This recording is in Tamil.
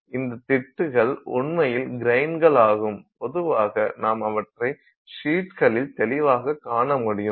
அந்த திட்டுகள் உண்மையில் கிரைன்களாகும் பொதுவாக நாம் அவற்றை ஷீட்களில் தெளிவாகக் காண முடியும்